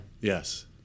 Yes